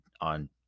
on